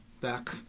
back